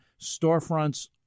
storefronts